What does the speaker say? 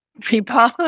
people